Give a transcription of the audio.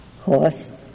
cost